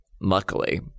luckily